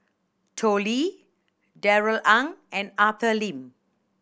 Tao Li Darrell Ang and Arthur Lim